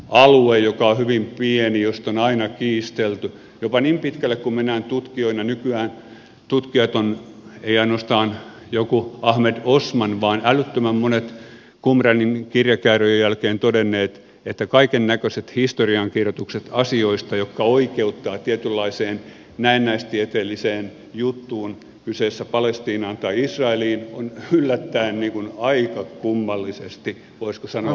alue joka on hyvin pieni josta on aina kiistelty jopa niin pitkälle että tutkijat nykyään ei ainoastaan joku ahmed osman vaan älyttömän monet tutkijat ovat qumranin kirjakääröjen jälkeen todenneet että kaikennäköiset historiankirjoitukset asioista jotka oikeuttavat tietynlaiseen näennäistieteelliseen juttuun suhteessa palestiinaan tai israeliin ovat yllättäen aika kummallisesti voisiko sanoa